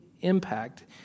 impact